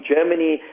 Germany